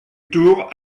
tour